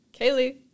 Kaylee